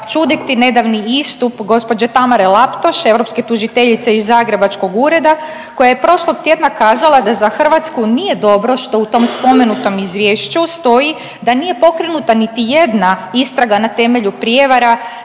čuditi nedavni istup gospođe Tamare Laptoš europske tužiteljice iz zagrebačkog ureda koja je prošlog tjedna kazala da za Hrvatsku nije dobro što u tom spomenutom izvješću stoji da nije pokrenuta niti jedna istraga na temelju prijevara